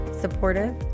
supportive